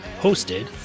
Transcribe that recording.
hosted